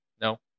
No